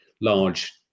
large